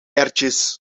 erwtjes